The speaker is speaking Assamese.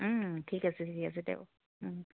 ঠিক আছে ঠিক আছে দে